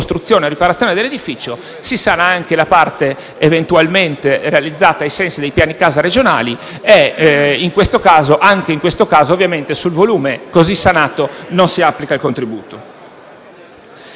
ricostruzione o riparazione dell’edificio si sana anche la parte realizzata eventualmente ai sensi dei piani casa regionali e, anche in questo caso, sul volume così sanato non si applica il contributo.